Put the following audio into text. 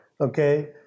Okay